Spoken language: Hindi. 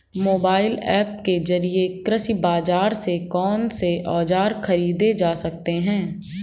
मोबाइल ऐप के जरिए कृषि बाजार से कौन से औजार ख़रीदे जा सकते हैं?